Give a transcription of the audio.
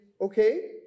okay